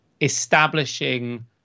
establishing